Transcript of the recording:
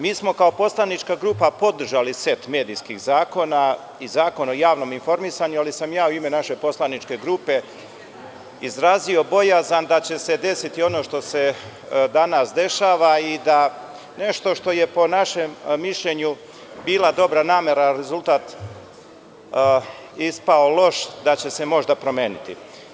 Mi smo, kao poslanička grupa, podržali set medijskih zakona i Zakon o javnom informisanju, ali sam u ime naše poslaničke grupe izrazio bojazan da će se desiti ono što se danas dešava i da nešto što je po našem mišljenju bila dobra namera, rezultat je ispao loš i da će se možda promeniti.